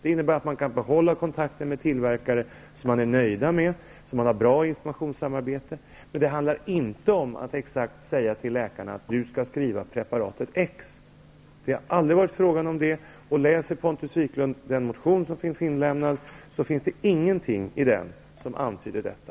Det innebär att man kan behålla kontakten med tillverkare som man är nöjd med, som man har ett bra informationssamarbete med. Det handlar inte om att säga till läkarna att de skall skriva ut just preparatet X. Det har aldrig varit frågan om det. Om Pontus Wiklund läser motionen ser han att det inte står någonting i den som antyder detta.